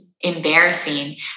embarrassing